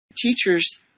Teachers